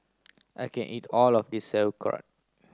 I can't eat all of this Sauerkraut